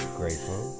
grateful